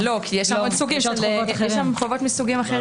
לא, כי יש עוד סוגים, יש חובות מסוגים אחרים.